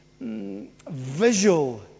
visual